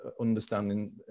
understanding